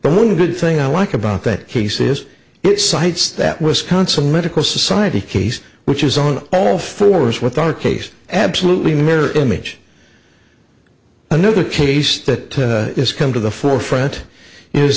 good thing i like about that he says it cites that wisconsin medical society case which is on all fours with our case absolutely mirror image another case that has come to the forefront is